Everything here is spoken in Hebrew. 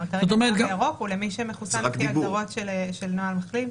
התו הירוק הוא למי שמחוסן לפי ההגדרות של נוהל מחלים.